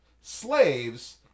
slaves